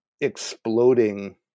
exploding